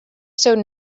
seu